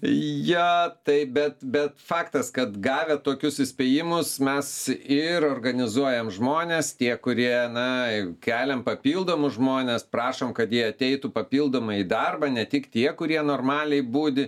jie tai bet bet faktas kad gavę tokius įspėjimus mes ir organizuojam žmones tie kurie na keliam papildomus žmones prašom kad jie ateitų papildomai į darbą ne tik tie kurie normaliai budi